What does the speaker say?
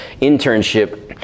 internship